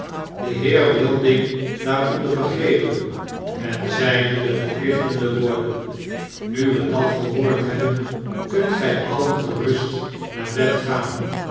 den heer wilding daaronder begrepen en zeide de verplichtende woorden nu we dat gehoord hebben kunt gy alien gerust naar bed gaan